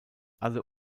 alle